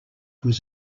was